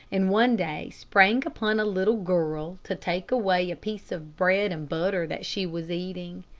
and one day sprang upon a little girl, to take away a piece of bread and butter that she was eating.